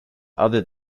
other